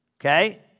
okay